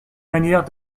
manière